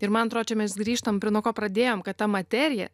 ir man tro čia mes grįžtam prie nuo ko pradėjom kad ta materija